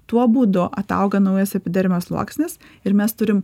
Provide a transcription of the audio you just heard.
tuo būdu atauga naujas epidermio sluoksnis ir mes turim